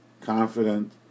confident